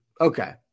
Okay